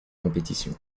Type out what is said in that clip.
compétition